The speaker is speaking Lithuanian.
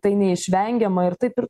tai neišvengiama ir taip ir